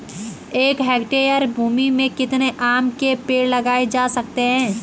एक हेक्टेयर भूमि में कितने आम के पेड़ लगाए जा सकते हैं?